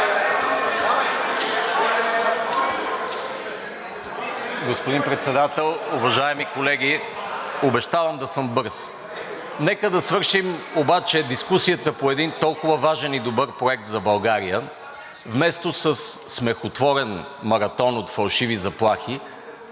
Господин Председател, уважаеми колеги! Обещавам да съм бърз. Нека да свършим обаче дискусията по един толкова важен и добър проект за България, вместо със смехотворен маратон от фалшиви заплахи,